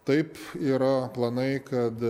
taip yra planai kad